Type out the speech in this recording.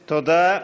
תודה.